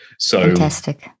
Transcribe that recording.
Fantastic